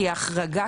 כי ההחרגה,